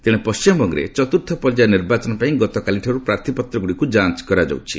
ତେଣେ ପଶ୍ଚିମବଙ୍ଗରେ ଚତୁର୍ଥ ପର୍ଯ୍ୟାୟ ନିର୍ବାଚନ ପାଇଁ ଗତକାଲିଠାରୁ ପ୍ରାର୍ଥ୍ୟପତ୍ରଗୁଡିକୁ ଯାଞ୍ଚ କରାଯାଉଛି